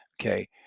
Okay